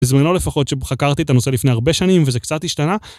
בזמנו לפחות, שחקרתי את הנושא לפני הרבה שנים וזה קצת השתנה.